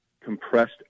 compressed